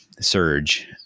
surge